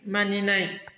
मानिनाय